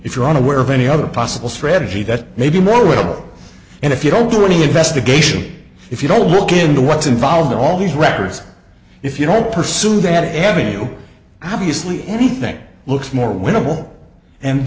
if you're unaware of any other possible strategy that may be more radical and if you don't do any investigation if you don't look into what's involved in all these records if you don't pursue that avenue obviously everything looks more winnable and